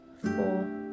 four